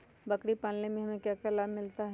बकरी पालने से हमें क्या लाभ मिलता है?